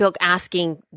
asking